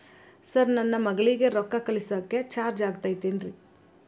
Sir ನನ್ನ ಮಗಳಗಿ ರೊಕ್ಕ ಕಳಿಸಾಕ್ ಚಾರ್ಜ್ ಆಗತೈತೇನ್ರಿ?